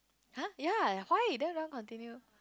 [huh] ya why then you don't want continue